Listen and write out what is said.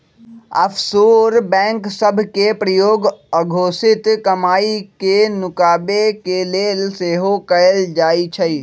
offshore bank सभ के प्रयोग अघोषित कमाई के नुकाबे के लेल सेहो कएल जाइ छइ